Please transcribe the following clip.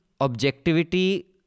objectivity